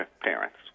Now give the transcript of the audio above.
parents